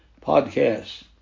podcast